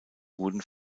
wurden